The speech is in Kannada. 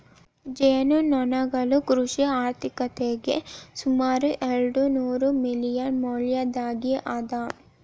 ಜೇನುನೊಣಗಳು ಕೃಷಿ ಆರ್ಥಿಕತೆಗೆ ಸುಮಾರು ಎರ್ಡುನೂರು ಮಿಲಿಯನ್ ಮೌಲ್ಯದ್ದಾಗಿ ಅದ